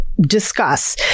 discuss